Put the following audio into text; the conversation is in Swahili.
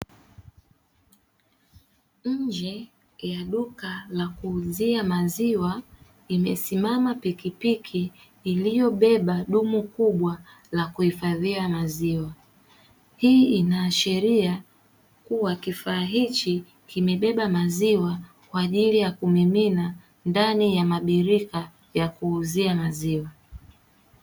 Nje ya duka la kuuzia maziwa, imesimama pikipiki iliyobeba dumu kubwa la kuhifadhia maziwa. Hii inaashiria kuwa kifaa hichi kimebeba maziwa kwa ajili ya kumimina ndani ya mabirika ya kuuzia maziwa.